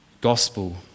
gospel